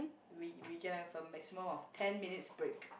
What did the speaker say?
we we can have a maximum of ten minutes break